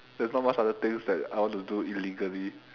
there's not much other things that I want to do illegally